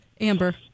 Amber